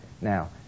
now